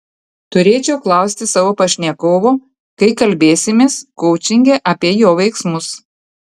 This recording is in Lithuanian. turėčiau klausti savo pašnekovo kai kalbėsimės koučinge apie jo veiksmus